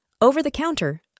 Over-the-counter